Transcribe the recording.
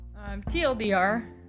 TLDR